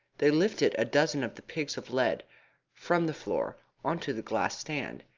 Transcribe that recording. they lifted a dozen of the pigs of lead from the floor on to the glass stand,